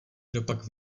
kdopak